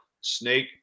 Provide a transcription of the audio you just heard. snake